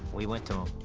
we went to em.